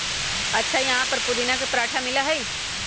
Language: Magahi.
अच्छा यहाँ पर पुदीना पराठा मिला हई?